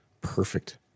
perfect